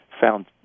found